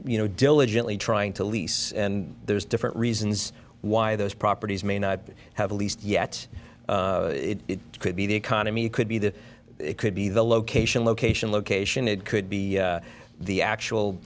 you know diligently trying to lease and there's different reasons why those properties may not have leased yet it could be the economy it could be that it could be the location location location it could be the actual